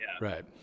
Right